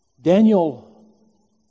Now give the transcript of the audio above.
Daniel